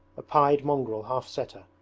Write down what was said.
a pied mongrel half-setter,